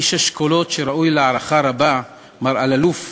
איש אשכולות שראוי להערכה רבה, מר אלאלוף,